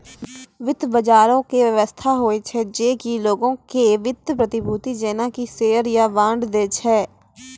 वित्त बजारो के व्यवस्था होय छै जे कि लोगो के वित्तीय प्रतिभूति जेना कि शेयर या बांड दै छै